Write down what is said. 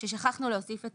ששכחנו להוסיף את